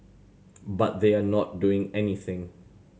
but they are not doing anything